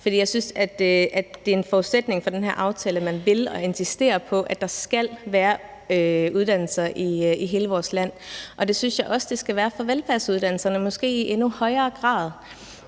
For jeg synes, at det er en forudsætning for den her aftale, at man vil og insisterer på, at der skal være uddannelser i hele vores land, og sådan synes jeg også det skal være for velfærdsuddannelserne, måske i endnu højere grad.